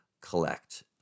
Collect